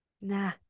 Nah